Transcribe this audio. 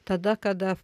tada kada